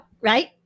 Right